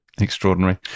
Extraordinary